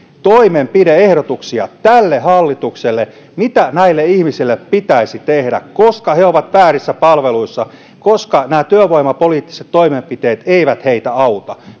toimenpide ehdotuksia tälle hallitukselle siitä mitä näille ihmisille pitäisi tehdä koska he ovat väärissä palveluissa koska nämä työvoimapoliittiset toimenpiteet eivät heitä auta